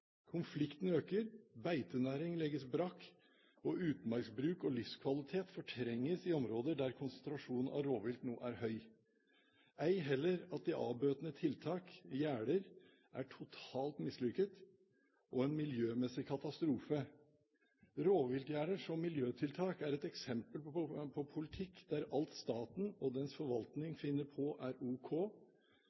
konflikten øker, beitenæring legges brakk og utmarksbruk og livskvalitet fortrenges i områder der konsentrasjonen av rovvilt nå er høy – ei heller om at de avbøtende tiltakene, gjerdene, er totalt mislykket og en miljømessig katastrofe. Rovviltgjerder som miljøtiltak er et eksempel på politikk der alt staten og dens forvaltning finner på, er ok,